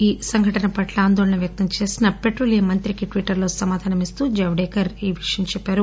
ఈ సంఘటన పట్ల ఆందోళన వ్యక్తంచేసిన పెట్రోలియం మంత్రికి ట్విటర్లో సమాధానమిస్తూ జవదేకర్ ఈ విషయం చెప్పారు